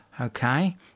okay